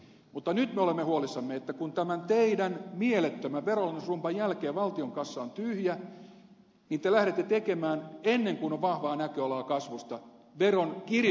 mutta nyt me olemme huolissamme siitä että kun tämän teidän mielettömän veronalennusrumban jälkeen valtion kassa on tyhjä niin te lähdette tekemään ennen kuin on vahvaa näköalaa kasvusta veronkiristyspäätöksiä